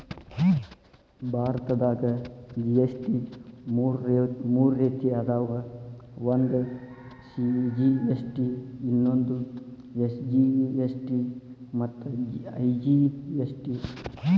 ಭಾರತದಾಗ ಜಿ.ಎಸ್.ಟಿ ಮೂರ ರೇತಿ ಅದಾವ ಒಂದು ಸಿ.ಜಿ.ಎಸ್.ಟಿ ಇನ್ನೊಂದು ಎಸ್.ಜಿ.ಎಸ್.ಟಿ ಮತ್ತ ಐ.ಜಿ.ಎಸ್.ಟಿ